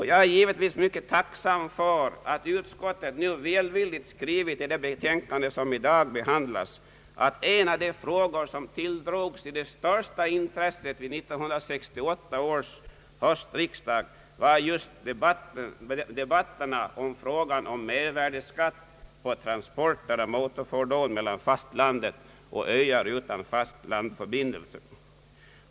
Jag är givetvis mycket tacksam för att utskottet välvilligt skrivit i det betänkande som i dag behandlas, att en av de frågor som tilldrog sig det största intresset vid 1968 års höstriksdagsdebatter var just mervärdeskatt på transporter av motorfordon mellan fastlandet och öar utan fast landförbindelse.